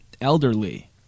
elderly